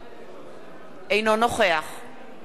אינו נוכח שלמה מולה,